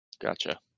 Gotcha